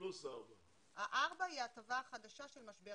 1,000 פלוס 4,000. ה-4,000 היא הטבה החדשה של משבר